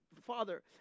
father